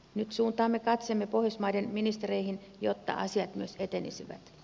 nyt suuntaamme katseemme pohjoismaiden ministereihin jotta asiat myös etenisivät